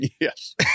Yes